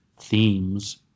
themes